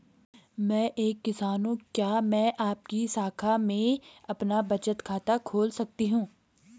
मैं एक किसान हूँ क्या मैं आपकी शाखा में अपना बचत खाता खोल सकती हूँ?